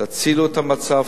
תצילו את המצב,